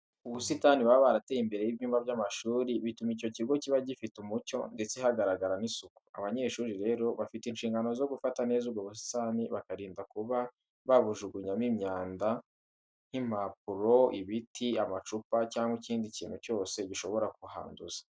Ubusitani baba barateye imbere y'ibyumba by'amashuri bituma icyo kigo kiba gifite umucyo ndetse hagaragara n'isuku. Abanyeshuri rero, bafite inshingano zo gufata neza ubwo busitani, bakirinda kuba babujugunyamo imyanda nk'impapuro, ibiti, amacupa cyangwa ikindi kintu cyose gishobora kuhanduza.